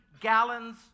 gallons